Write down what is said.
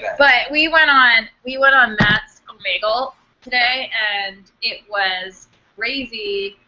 but we went on we went on matt's omagle today, and it was crazy.